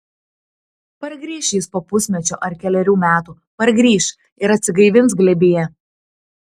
pargrįš jis po pusmečio ar kelerių metų pargrįš ir atsigaivins glėbyje